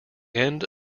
end